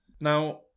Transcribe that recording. Now